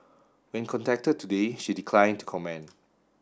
when contacted today she declined to comment